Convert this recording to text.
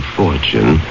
fortune